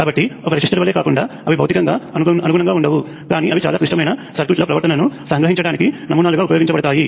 కాబట్టి ఒక రెసిస్టర్ వలె కాకుండా అవి భౌతికంగా అనుగుణంగా ఉండవు కానీ అవి చాలా క్లిష్టమైన సర్క్యూట్ల ప్రవర్తనను సంగ్రహించడానికి నమూనాలుగా ఉపయోగించబడతాయి